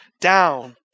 down